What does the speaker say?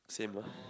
same lah